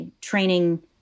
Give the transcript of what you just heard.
training